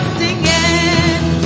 singing